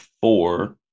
four